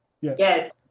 Yes